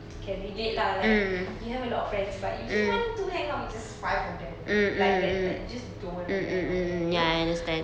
can relate lah like you have a lot of friends but you just want to hang out with just five of them lah like that like you just don't want to hang out with them you know